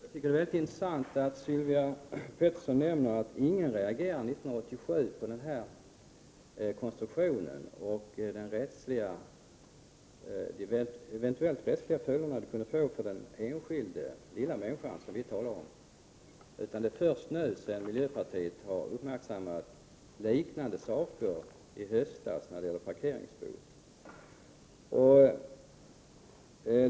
Herr talman! Jag tycker att det är mycket intressant att Sylvia Pettersson nämnde att ingen år 1987 reagerade på den här konstruktionen och de eventuella följder den kunde få för den enskilda lilla människan som vi talar om. Det är först nu sedan miljöpartiet i höstas uppmärksammat liknande företeelser när det gällde parkeringsbot som man har reagerat.